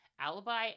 alibi